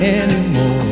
anymore